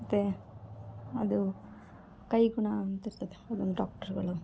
ಮತ್ತು ಅದು ಕೈಗುಣ ಅಂತಿರ್ತದೆ ಒಂದೊಂದು ಡಾಕ್ಟ್ರುಗಳು